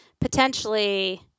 potentially